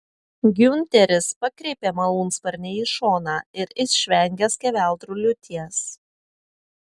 giunteris pakreipė malūnsparnį į šoną ir išvengė skeveldrų liūties